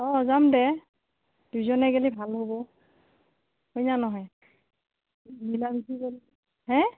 অঁ যাম দে দুইজনে গ'লে ভাল হ'ব হয় না নহয় মিলা মিচি কৰি হে